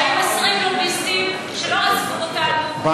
כשהיו 20 לוביסטים שלא עזבו אותנו,